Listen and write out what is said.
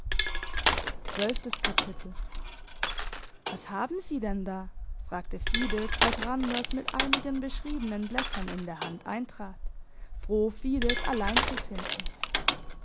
was haben sie denn da fragte fides als randers mit einigen beschriebenen blättern in der hand eintrat froh fides allein zu finden